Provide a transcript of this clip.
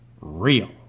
real